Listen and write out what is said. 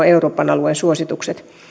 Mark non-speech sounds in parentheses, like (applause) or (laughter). (unintelligible) euroopan alueen suositukset